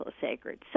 sacred